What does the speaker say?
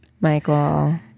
michael